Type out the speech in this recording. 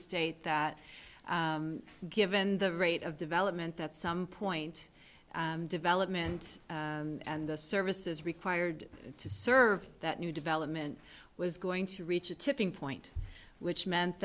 state that given the rate of development at some point development and the services required to serve that new development was going to reach a tipping point which meant